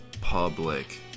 Public